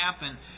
happen